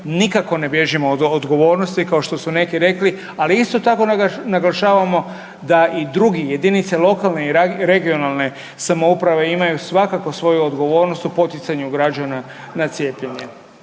nikako ne bježimo od odgovornosti kao što su neki rekli, ali isto tako naglašavamo da i drugi jedinice lokalne i regionalne samouprave imaju svakako svoju odgovornost u poticanju građana na cijepljenje.